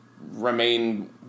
remain